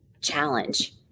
challenge